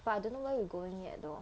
but I don't know where we going yet though